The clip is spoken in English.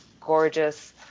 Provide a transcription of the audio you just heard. gorgeous